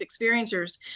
experiencers